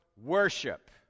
worship